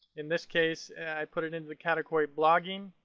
in this case i put it in the category blogging.